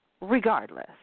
Regardless